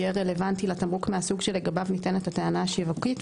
יהיה רלוונטי לתמרוק מהסוג שלגביו נטענת הטענה השיווקית,